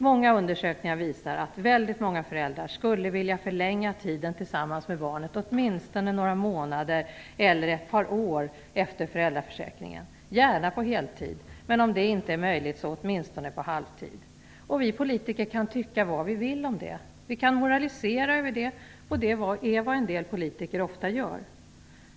Många undersökningar visar att väldigt många föräldrar skulle vilja förlänga tiden tillsammans med barnet, åtminstone några månader eller ett par år efter föräldraförsäkringen, gärna på heltid, men om det inte är möjligt så åtminstone på halvtid. Vi politiker kan tycka vad vi vill om det. Vi kan moralisera över det, vilket är vad en del politiker ofta gör.